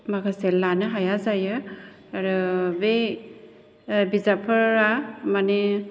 माखासे लानो हाया जायो आरो बे बिजाबफोरा माने